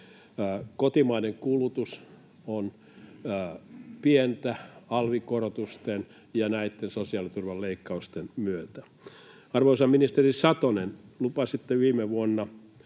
Kotimainen kulutus on pientä alvikorotusten ja näitten sosiaaliturvan leikkausten myötä. Arvoisa ministeri Satonen, lupasitte viime vuonna